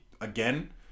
again